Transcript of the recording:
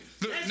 look